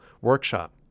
workshop